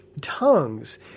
tongues